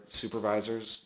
supervisors